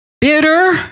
bitter